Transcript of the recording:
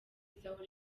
izahora